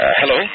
hello